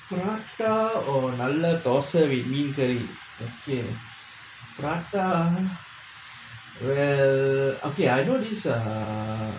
prata or நல்ல:nalla thosai with மீனு:meenu curry okay prata well okay I know this err